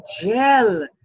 gel